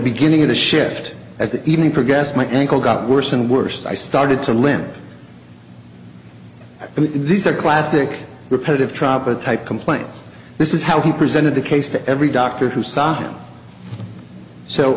beginning of the shift as the evening progressed my ankle got worse and worse i started to limp and these are classic repetitive tropp a type complaints this is how he presented the case to every doctor who saw him so